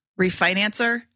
refinancer